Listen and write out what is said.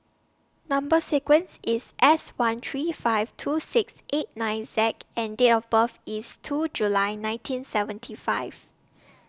Number sequence IS S one three five two six eight nine Z and Date of birth IS two July nineteen seventy five